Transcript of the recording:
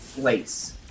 place